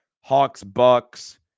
Hawks-Bucks